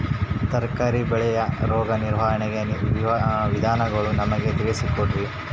ತರಕಾರಿ ಬೆಳೆಯ ರೋಗ ನಿರ್ವಹಣೆಯ ವಿಧಾನಗಳನ್ನು ನಮಗೆ ತಿಳಿಸಿ ಕೊಡ್ರಿ?